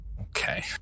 Okay